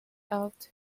out